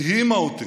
הדהימה אותי.